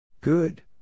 Good